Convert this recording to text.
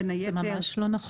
בין היתר --- זה ממש לא נכון.